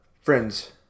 friends